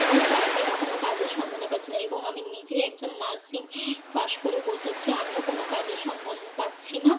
কোনও চাগরি বা কোনও কাজের সন্ধানে পাচ্ছে না এবং আমি নিজে একজন নার্সিং পাস করে বসে আছি আমিও কোনও কাজের সন্ধান পাচ্ছি না